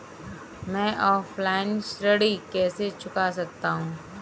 मैं ऑफलाइन ऋण कैसे चुका सकता हूँ?